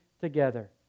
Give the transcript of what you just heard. together